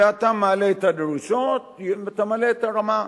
ואתה מעלה את הדרישות ואתה מעלה את הרמה.